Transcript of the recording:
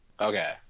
okay